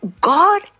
God